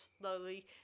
slowly